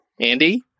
andy